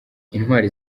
intwari